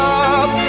up